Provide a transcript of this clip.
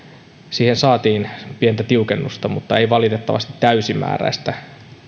siihen saatiin pientä tiukennusta mutta ei valitettavasti täysimääräistä